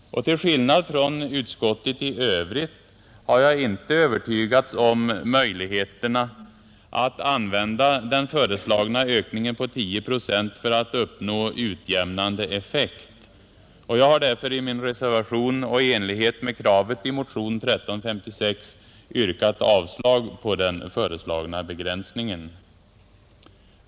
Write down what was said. Till skillnad från utskottet i övrigt har jag inte övertygats om möjligheterna att använda den föreslagna ökningen på 10 procent för att uppnå utjämnande effekt. Jag har därför i min reservation och i enlighet med kravet i motion 1356 yrkat avslag på den föreslagna begränsningen.